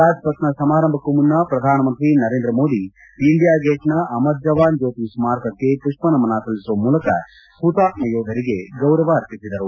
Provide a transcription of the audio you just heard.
ರಾಜ್ಪಥ್ನ ಸಮಾರಂಭಕ್ಕೂ ಮುನ್ನ ಪ್ರಧಾನಮಂತ್ರಿ ನರೇಂದ್ರ ಮೋದಿ ಇಂಡಿಯಾ ಗೇಟ್ನ ಅಮರ್ ಜವಾನ್ ಜ್ಯೋತಿ ಸ್ಮಾರಕಕ್ಕೆ ಮಷ್ಷನಮನ ಸಲ್ಲಿಸುವ ಮೂಲಕ ಹುತಾತ್ಮ ಯೋಧರಿಗೆ ಗೌರವ ಅರ್ಪಿಸಿದರು